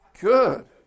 Good